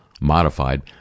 modified